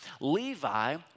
Levi